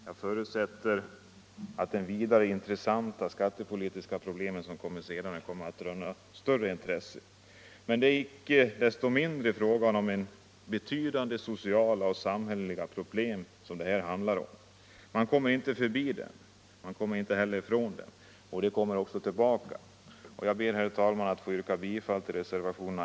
Jag förutsätter att de vida intressantare skattepolitiska problem som skall behändlas senare kommer att röna större intresse. Men det handlar icke desto mindre om betydande sociala och samhälleliga problem. Man kommer inte förbi dem. Och man kommer inte heller ifrån dem — de kommer tillbaka.